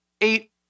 Eight